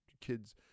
kid's